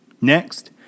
Next